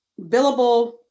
billable